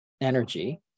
energy